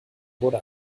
wurde